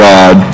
God